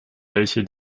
welche